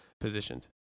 positioned